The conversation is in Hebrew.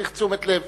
וצריך תשומת לב.